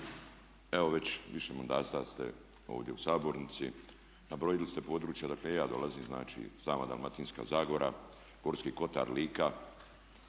evo već više mandata ste ovdje u sabornici, nabrojili ste područja odakle i ja dolazim, znači sama Dalmatinska zagora, Gorski kotar, Lika,